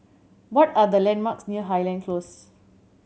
what are the landmarks near Highland Close